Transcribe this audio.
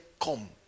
come